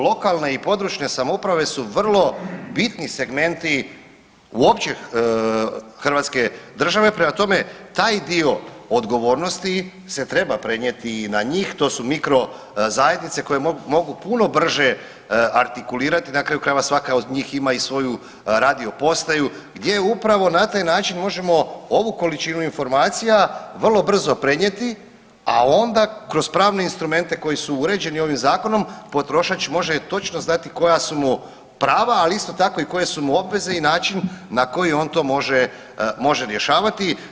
Lokalne i područne samouprave su vrlo bitni segmenti uopće hrvatske države, prema tome, taj dio odgovornosti se treba prenijeti i na njih, to su mikrozajednice koje mogu puno brže artikulirati, na kraju krajeva, svaka od njih ima i svoju radiopostaju gdje upravo na taj način možemo ovu količinu informacija vrlo brzo prenijeti, a onda kroz pravne instrumente koji su uređeni ovim Zakonom, potrošač može točno znati koja su mu prava, ali isto tako, i koje su mu obveze i način na koji on to može rješavati.